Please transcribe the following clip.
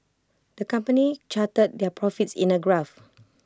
the company charted their profits in A graph